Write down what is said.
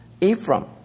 Ephraim